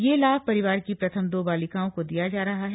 यह लाभ परिवार की प्रथम दो बालिकाओं को दिया जा रहा है